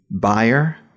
buyer